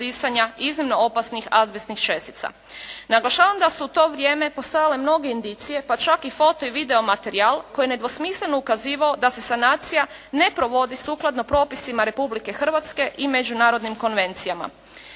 iznimno opasnih azbestnih čestica. Naglašavam da su u to vrijeme postojale mnoge indicije pa čak i foto i video materijal koji je nedvosmisleno ukazivao da se sanacija ne provodi sukladno propisima Republike Hrvatske i međunarodnim konvencijama.